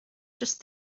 just